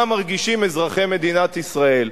מה מרגישים אזרחי מדינת ישראל.